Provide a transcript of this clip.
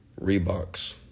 Reeboks